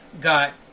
got